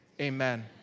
Amen